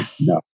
No